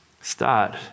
Start